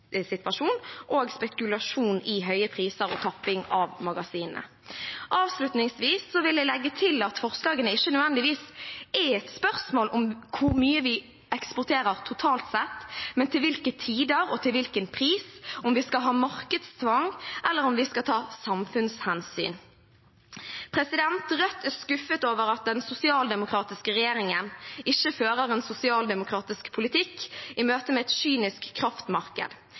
spekulasjon i høye priser og tapping av magasinene. Avslutningsvis vil jeg legge til at forslagene ikke nødvendigvis er et spørsmål om hvor mye vi eksporterer totalt sett, men til hvilke tider og til hvilken pris, og om vi skal ha markedstvang, eller om vi skal ta samfunnshensyn. Rødt er skuffet over at den sosialdemokratiske regjeringen ikke fører en sosialdemokratisk politikk i møte med et kynisk kraftmarked.